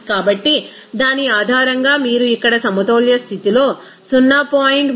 కాబట్టి దాని ఆధారంగా మీరు ఇక్కడ సమతౌల్య స్థితిలో 0